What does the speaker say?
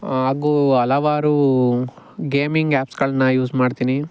ಹಾಗೂ ಹಲವಾರು ಗೇಮಿಂಗ್ ಆ್ಯಪ್ಸ್ಗಳನ್ನ ಯೂಸ್ ಮಾಡ್ತೀನಿ